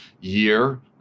year